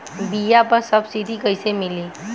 बीया पर सब्सिडी कैसे मिली?